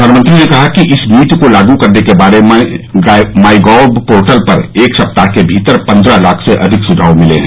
प्रधानमंत्री ने कहा कि इस नीति को लागू करने के बारे में माई गॉव पोर्टल पर एक सप्ताह के भीतर पन्द्रह लाख से अधिक सुझाव मिले हैं